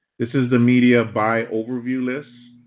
this is the media by overview list.